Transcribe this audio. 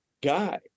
guy